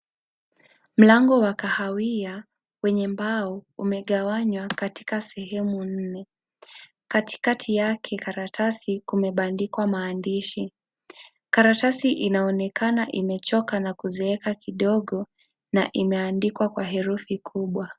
Mlango wa kahawia wenye mbao, umegawanywa katika sehemu nne, katikati yake, karatasi, kimebandikwa maandishi, karatasi inaonekana imechoka na kuzeeka kidogo, na imeandikwa kwa herufi kubwa.